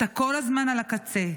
אתה כל הזמן על הקצה.